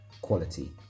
quality